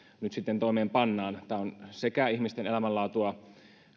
nyt sitten toimeenpannaan tämä on paitsi ihmisten elämänlaatua